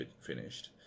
finished